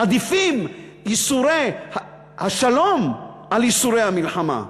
עדיפים ייסורי השלום על ייסורי המלחמה.